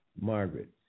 Margaret